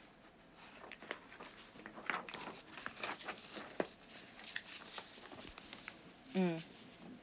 mm